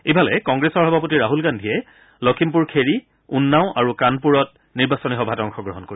ইফালে কংগ্ৰেছৰ সভাপতি ৰাহুল গান্ধীয়ে লখিমপুৰ খেৰি উন্নাও আৰু কানপুৰত নিৰ্বাচনী সভাত অংশগ্ৰহণ কৰিব